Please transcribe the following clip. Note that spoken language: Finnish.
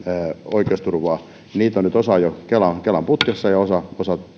oikeusturvaa niistä on jo nyt osa kelan kelan putkessa ja osa